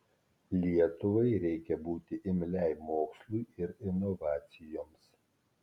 lietuvai reikia būti imliai mokslui ir inovacijoms